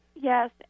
Yes